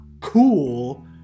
cool